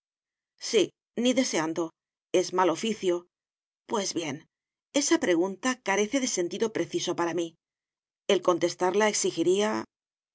ni deseando es mal oficio pues bien esa pregunta carece de sentido preciso para mí el contestarla exigiría